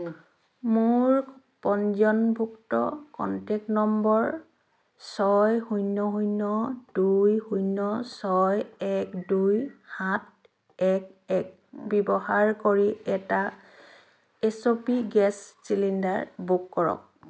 মোৰ পঞ্জীয়নভুক্ত contact number ছয় শূন্য শূন্য দুই শূন্য ছয় এক দুই সাত এক এক ব্যৱহাৰ কৰি এটা S O P gas cylinder book কৰক